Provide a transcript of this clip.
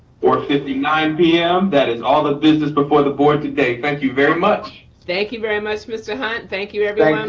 four fifty nine pm, that is all the business before the board today. thank you very much. thank you very much, mr. hunt. thank you everyone.